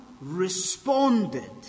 responded